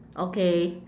okay